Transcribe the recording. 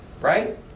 right